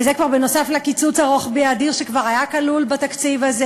וזה נוסף לקיצוץ הרוחבי האדיר שכבר היה כלול בתקציב הזה,